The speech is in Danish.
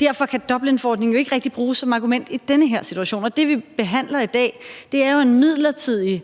Derfor kan Dublinforordningen jo ikke rigtig bruges som argument i den her situation. Det, vi behandler her i dag, er jo et midlertidigt